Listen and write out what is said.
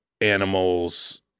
animals